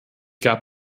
gab